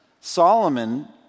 Solomon